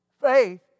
Faith